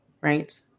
right